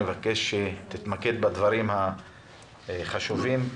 אבקש שתתמקד בדברים החשובים.